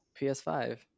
ps5